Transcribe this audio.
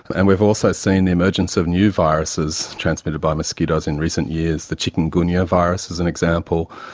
and we've also seen the emergence of new viruses transmitted by mosquitoes in recent years, the chikungunya virus is an example,